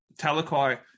Talakai